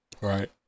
Right